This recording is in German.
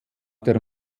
der